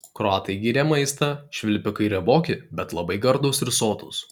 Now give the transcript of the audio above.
kroatai gyrė maistą švilpikai rieboki bet labai gardūs ir sotūs